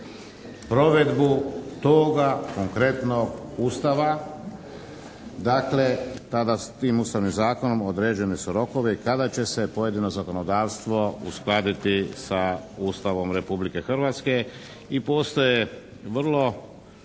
provedbu toga konkretnog Ustava. Dakle, tada s tim Ustavnom zakonom određeni su rokovi kada će se pojedino zakonodavstvo uskladiti sa Ustavom Republike Hrvatske i postoje vrlo